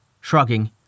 Shrugging